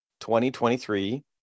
2023